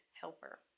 helper